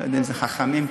אני לא יודע אם זה חכמים פה,